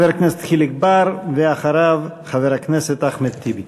חבר הכנסת חיליק בר, ואחריו, חבר הכנסת אחמד טיבי.